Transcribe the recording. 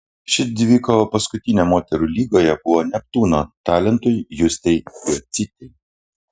ši dvikova paskutinė moterų lygoje buvo neptūno talentui justei jocytei